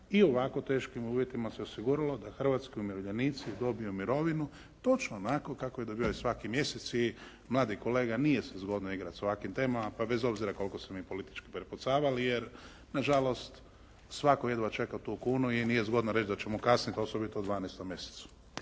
u ovako teškim uvjetima se osiguralo da hrvatski umirovljenici dobiju mirovinu točno onako kako je dobivaju svaki mjesec i mladi kolega nije se zgodno igrati sa ovakvim temama, pa bez obzira koliko se mi politički prepucavali. Jer na žalost svatko jedva čeka tu kunu i nije zgodno reći da će mu kasniti osobito u 12. mjesecu.